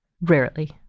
Rarely